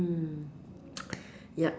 mm yup